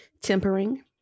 Tempering